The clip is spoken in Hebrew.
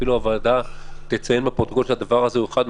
אפילו הוועדה תציין בפרוטוקול שהדבר הזה הוא אחד מהדברים.